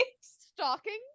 stalking